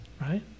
Right